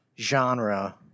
genre